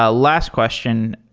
ah last question.